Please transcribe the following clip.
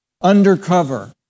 undercover